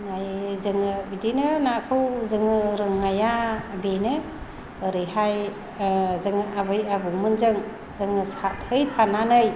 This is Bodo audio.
ना जोङो बिदिनो नाखौ जोङो रोंनाया बेनो ओरैहाय जोङो आबै आबौमोनजों जोङो साथै फानानै